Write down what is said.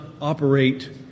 operate